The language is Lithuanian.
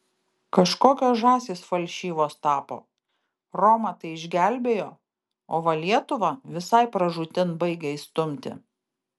kažkokios žąsys falšyvos tapo romą tai išgelbėjo o va lietuvą visai pražūtin baigia įstumti